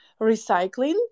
recycling